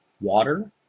Water